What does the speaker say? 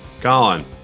colin